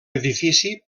edifici